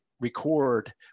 record